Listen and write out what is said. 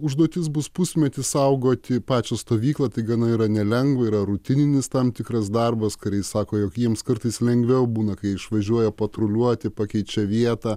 užduotis bus pusmetį saugoti pačią stovyklą tai gana yra nelengva yra rutininis tam tikras darbas kariai sako jog jiems kartais lengviau būna kai išvažiuoja patruliuoti pakeičia vietą